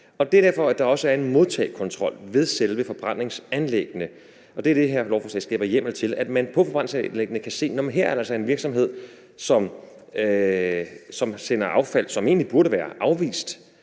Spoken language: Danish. Det er derfor, at der også er en modtagekontrol ved selve forbrændingsanlæggene, og det her lovforslag skaber hjemmel til, at man på forbrændingsanlæggene kan se, at her er der altså en virksomhed, som sender affald, som egentlig burde afvist,